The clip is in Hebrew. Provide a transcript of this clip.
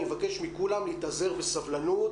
אני מבקש מכולם להתאזר בסבלנות.